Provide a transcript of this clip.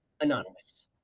anonymous